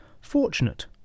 fortunate